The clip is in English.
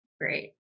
Great